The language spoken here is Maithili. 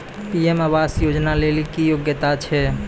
पी.एम आवास योजना लेली की योग्यता छै?